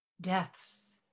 deaths